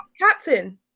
Captain